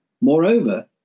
Moreover